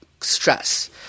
stress